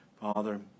Father